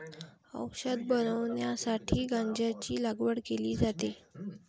औषध बनवण्यासाठी गांजाची लागवड केली जाते